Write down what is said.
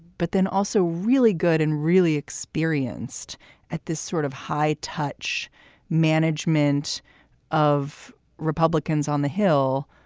but then also really good and really experienced at this sort of high touch management of republicans on the hill.